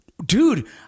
Dude